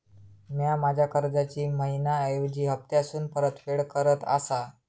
म्या माझ्या कर्जाची मैहिना ऐवजी हप्तासून परतफेड करत आसा